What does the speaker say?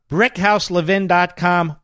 BrickHouseLevin.com